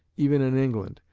even in england,